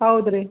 ಹೌದ್ರಿ